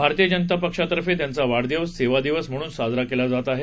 भारतीय जनता पक्षातर्फे त्यांचा वाढदिवस सेवा दिवस म्हणून साजरा केला जात आहे